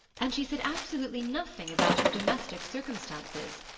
and she said absolutely nothing about her domestic circumstances.